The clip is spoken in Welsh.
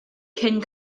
cyn